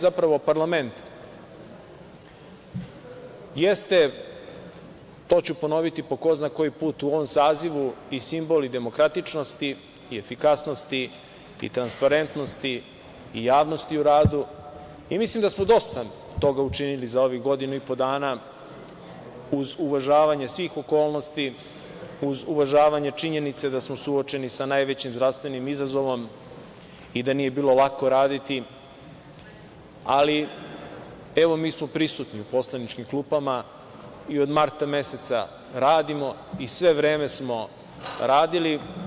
Zapravo, ovaj parlament jeste, to ću ponoviti po ko zna koji put, u ovom sazivu i simbol i demokratičnosti i efikasnosti i transparentnosti i javnosti u radu i mislim da smo dosta toga učinili za ovih godinu i po dana, uz uvažavanje svih okolnosti, uz uvažavanje činjenice da smo suočeni sa najvećim zdravstvenim izazovom i da nije bilo lako raditi, ali evo mi smo prisutni u poslaničkim klupama i od marta meseca radimo i sve vreme smo radili.